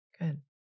Good